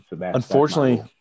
Unfortunately